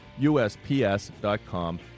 usps.com